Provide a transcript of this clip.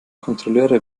kontrolleure